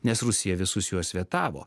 nes rusija visus juos vetavo